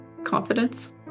confidence